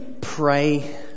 pray